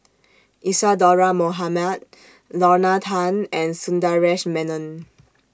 Isadhora Mohamed Lorna Tan and Sundaresh Menon